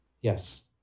Yes